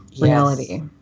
reality